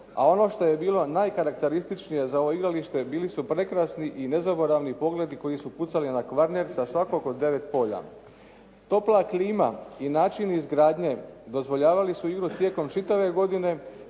a ono što je bilo najkarakterističnije za ovo igralište bili su prekrasni i nezaboravni pogledi koji su pucali na Kvarner sa svakog od 9 polja. Topla klima i način izgradnje dozvoljavali su igru tijekom čitave godine